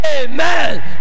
Amen